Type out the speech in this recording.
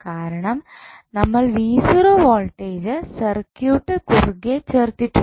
കാരണം നമ്മൾ voltage circuit കുറുകെ ചേർത്തിട്ടുണ്ട്